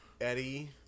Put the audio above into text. Eddie